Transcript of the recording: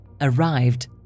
arrived